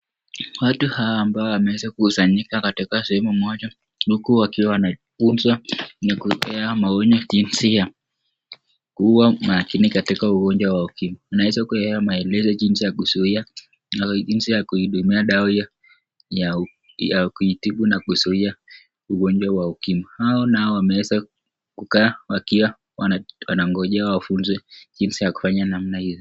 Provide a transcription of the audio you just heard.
Watu hawa ambao wameweza kusanyika katika sehemu moja huku wakiwa wanafunzwa na kupewa maonyo jinsi ya kuwa makini katika ugonjwa wa ukimwi. Naweza kuona maelezo jinsi ya kuzuia na jinsi ya kuitumia dawa hiyo ya kuitibu na kuitumia dawa ya ukimwi. Hao nao wameweza kukaa wakiwa wanangojea wafunzwe jinsi ya kufanya namna hiyo.